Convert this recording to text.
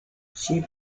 she